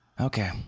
Okay